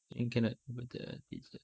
you cannot boot err it ke